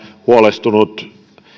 huolestunut